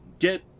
get